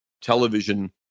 Television